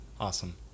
Awesome